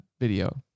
video